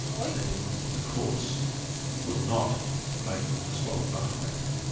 then the courts will not make it a disqualifying factor.